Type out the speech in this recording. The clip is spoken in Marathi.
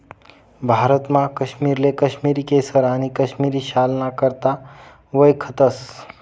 भारतमा काश्मीरले काश्मिरी केसर आणि काश्मिरी शालना करता वयखतस